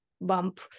bump